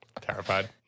terrified